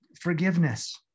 forgiveness